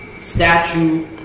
statue